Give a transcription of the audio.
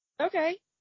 Okay